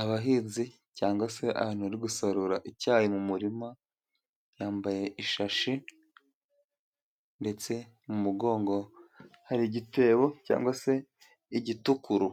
Abahinzi cyangwa se abantu uri gusarura icyayi mu murima ,yambaye ishashi ndetse mu mugongo hari igitebo cyangwa se igitukuru